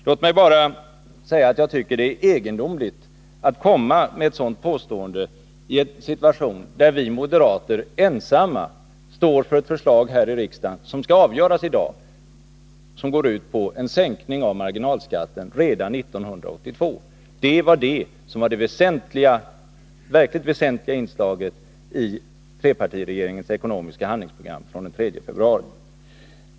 Låt mig bara säga att jag tycker att det är egendomligt att komma med ett sådant påstående i en situation då vi moderater ensamma här i riksdagen står för ett förslag — det ärendet skall avgöras i dag — som går ut på en sänkning av marginalskatten redan 1982. Det var det verkligt väsentliga inslaget i trepartiregeringens ekonomiska handlingsprogram från den 3 februari.